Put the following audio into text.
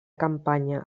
campanya